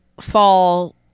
fall